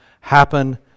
happen